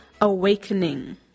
awakening